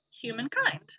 humankind